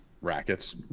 Rackets